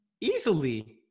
Easily